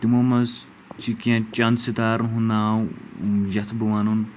تِمو منٛز چھِ کینٛہہ چنٛد ستارَن ہُنٛد ناو یَژھٕ بہٕ وَنُن